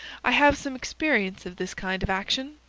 i have some experience of this kind of action,